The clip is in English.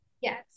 Yes